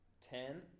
Ten